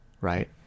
right